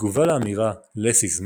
בתגובה לאמירה "Less is more",